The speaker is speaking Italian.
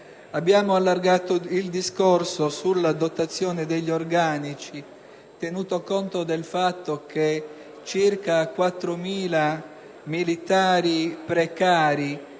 Abbiamo allargato il discorso alla dotazione degli organici, tenuto conto del fatto che circa 4.000 militari precari